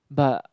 but